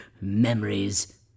memories